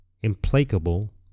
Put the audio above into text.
implacable